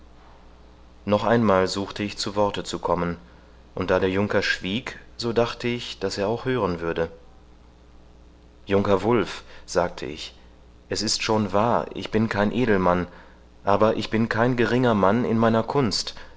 noch einmal suchte ich zu worte zu kommen und da der junker schwieg so dachte ich daß er auch hören würde junker wulf sagte ich es ist schon wahr ich bin kein edelmann aber ich bin kein geringer mann in meiner kunst